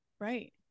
Right